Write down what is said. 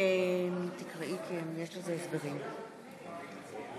אם יש כאן חבר כנסת שלא הצביע ורוצה להצביע.